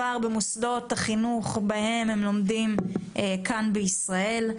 במוסדות החינוך, בהם הם לומדים כאן בישראל.